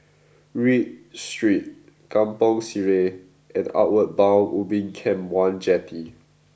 Read Street Kampong Sireh and Outward Bound Ubin Camp one Jetty